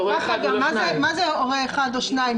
מה זה הורה אחד או שניים?